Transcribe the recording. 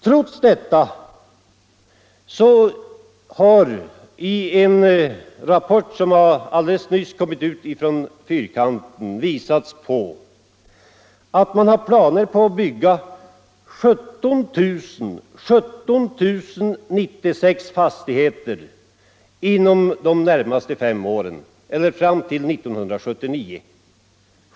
Trots detta har i en rapport som alldeles nyss kommit från fyrkanten visats att man har planer på att bygga 17 096 lägenheter fram till år 1979.